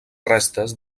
restes